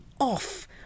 off